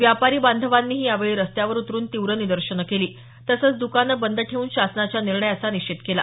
व्यापारी बांधवांनीही यावेळी रस्त्यावर उतरून तीव्र निदर्शनं केली तसंच दुकानं बंद ठेवून शासनाच्या निर्णयाचा निषेध केला